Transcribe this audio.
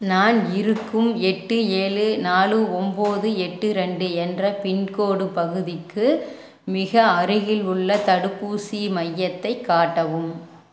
நான் இருக்கும் எட்டு ஏழு நாலு ஒம்பது எட்டு ரெண்டு என்ற பின்கோடு பகுதிக்கு மிக அருகிலுள்ள தடுப்பூசி மையத்தை காட்டவும்